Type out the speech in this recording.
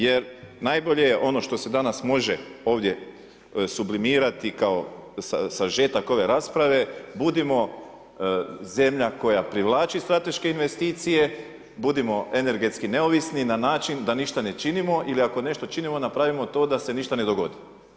Jer najbolje je ono što se danas može ovdje sublimirati kao sažetak ove rasprave budimo zemlja koja privlači strateške investicije, budimo energetski neovisni na način da ništa ne činimo, ili ako nešto činimo napravimo to da se ništa ne dogodi.